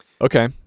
Okay